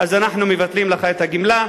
אנחנו מבטלים לך את הגמלה.